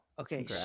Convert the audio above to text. Okay